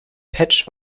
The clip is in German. patch